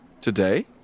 Today